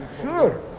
Sure